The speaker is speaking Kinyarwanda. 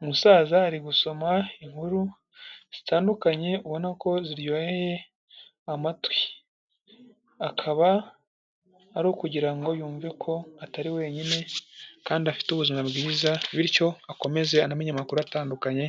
Umusaza ari gusoma inkuru zitandukanye ubona ko ziryoheye amatwi, akaba ari ukugira ngo yumve ko atari wenyine kandi afite ubuzima bwiza bityo akomeze anamenye amakuru atandukanye